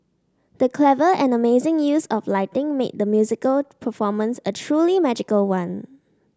the clever and amazing use of lighting made the musical performance a truly magical one